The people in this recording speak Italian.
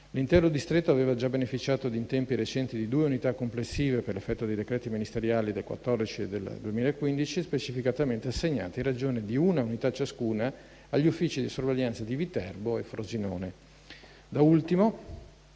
L'intero distretto aveva già beneficiato in tempi recenti di due unità complessive per effetto dei decreti ministeriali del 2014 e del 2015, specificatamente assegnati in ragione di una unità ciascuna agli uffici di sorveglianza di Viterbo e Frosinone. Da ultimo,